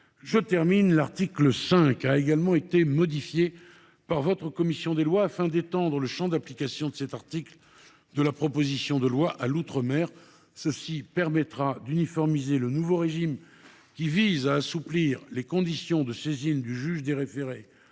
Assemblée. L’article 5 a également été modifié par votre commission des lois, afin d’étendre à l’outre mer le champ d’application de cet article de la proposition de loi. Cela permettra d’uniformiser le nouveau régime visant à assouplir les conditions de saisine du juge des référés